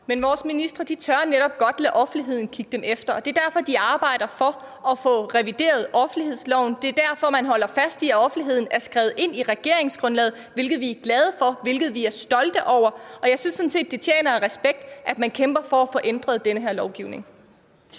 Men vores ministre tør netop godt lade offentligheden kigge dem i kortene, og det er derfor, de arbejder for at få revideret offentlighedsloven, det er derfor, man holder fast i, at offentligheden er skrevet ind i regeringsgrundlaget, hvilket vi er glade for, hvilket vi er stolte over, og jeg synes sådan set, det fortjener respekt, at man kæmper for at få ændret den her lovgivning.